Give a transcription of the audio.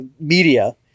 media